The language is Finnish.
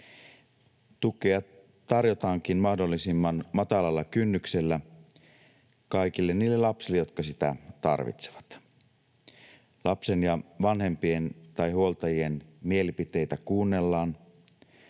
Tukea tarjotaankin mahdollisimman matalalla kynnyksellä kaikille niille lapsille, jotka sitä tarvitsevat. Lapsen ja vanhempien tai huoltajien mielipiteitä kuunnellaan.